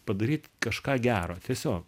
padaryt kažką gero tiesiog